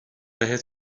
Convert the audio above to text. بهت